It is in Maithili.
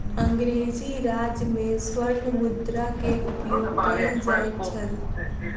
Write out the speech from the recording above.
अंग्रेजी राज में स्वर्ण मुद्रा के उपयोग कयल जाइत छल